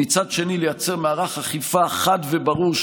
ומצד שני לייצר מערך אכיפה חד וברור,